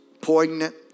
poignant